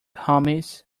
homies